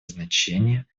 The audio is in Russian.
значение